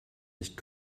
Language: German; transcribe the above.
nicht